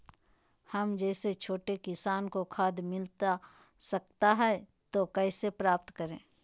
हम जैसे छोटे किसान को खाद मिलता सकता है तो कैसे प्राप्त करें?